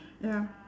ya